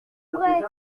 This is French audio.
vrai